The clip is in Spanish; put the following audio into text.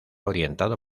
orientado